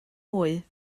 mwy